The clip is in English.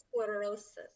sclerosis